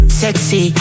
sexy